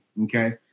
okay